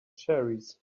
cherries